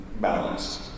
balanced